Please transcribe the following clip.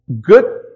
good